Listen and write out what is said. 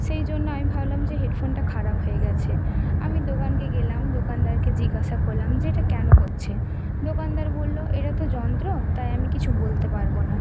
সেই জন্য আমি ভাবলাম যে হেডফোনটা খারাপ হয়ে গেছে আমি দোকানকে গেলাম দোকানদারকে জিজ্ঞাসা করলাম যে এটা কেন হচ্ছে দোকানদার বলল এটা তো যন্ত্র তাই আমি কিছু বলতে পারব না